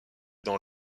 dans